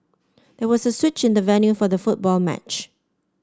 there was a switch in the venue for the football match